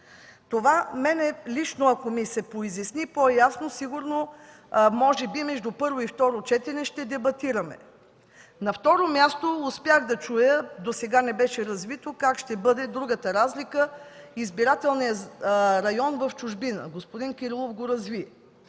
Ако лично на мен ми се поизясни, може би между първо и второ четене ще дебатираме. На второ място, успях да чуя, досега не беше развито, как ще бъде другата разлика – избирателният район в чужбина. Господин Кирилов го разви.